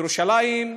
ירושלים,